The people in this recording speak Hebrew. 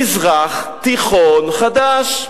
מזרח תיכון חדש.